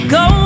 go